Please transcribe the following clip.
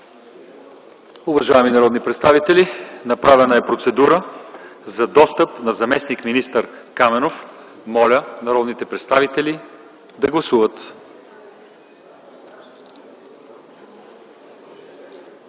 Уважаеми народни представители, направена е процедура за достъп на заместник-министър Каменов. Моля народните представители да гласуват.